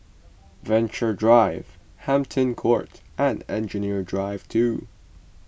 Venture Drive Hampton Court and Engineering Drive two